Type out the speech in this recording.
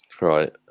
Right